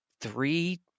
three